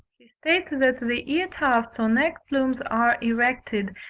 he states that the ear-tufts or neck-plumes are erected,